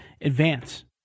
advance